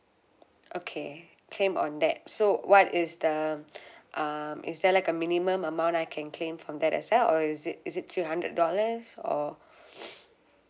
okay claim on that so what is the um um is there like a minimum amount I can claim from that as well or is it is it three hundred dollars or